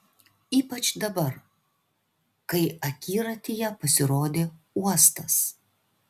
ypač dabar kai akiratyje pasirodė uostas